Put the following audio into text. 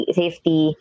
safety